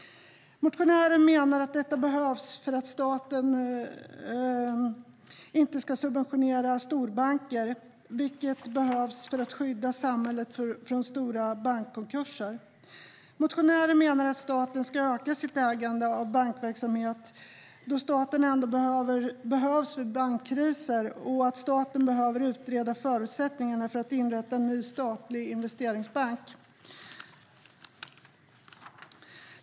Motionären menar att detta behövs för att staten inte ska subventionera storbanker, vilket behövs för att skydda samhället från stora bankkonkurser. Motionären menar att staten ska öka sitt ägande av bankverksamhet då staten ändå behövs vid bankkriser och att staten behöver utreda förutsättningar för att inrätta en ny statlig investeringsbank.